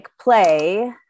play